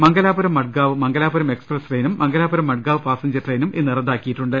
Mangalapuram Madgaon Mangalapuram express ട്രെയിനും Mangalapuram Madgaon passenger ട്രെയിനും റദ്ദാക്കിയിട്ടുണ്ട്